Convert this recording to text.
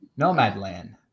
Nomadland